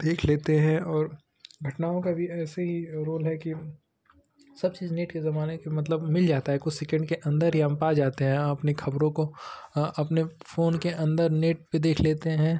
देख लेते हैं और घटनाओं का भी ऐसे ही रोल है कि सब चीज़ नेट के ज़माने कि मतलब मिल जाता है कुछ सेकेंड के अंदर ही हम पा जाते हैं अपनी खबरों को अपने फ़ोन के अंदर नेट पर देख लेते हैं